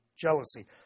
jealousy